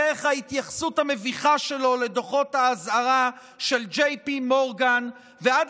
דרך ההתייחסות המביכה שלו לדוחות האזהרה של JPMorgan ועד